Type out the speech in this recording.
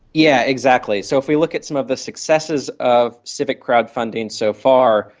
yeah exactly. so if we look at some of the successes of civic crowd-funding so far,